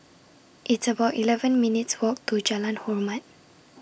It's about eleven minutes' Walk to Jalan Hormat